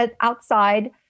outside